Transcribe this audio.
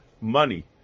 money